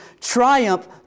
triumph